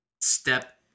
step